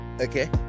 Okay